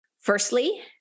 Firstly